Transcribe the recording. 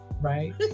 right